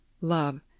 love